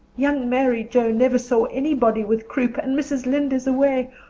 young mary joe never saw anybody with croup and mrs. lynde is away.